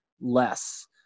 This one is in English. less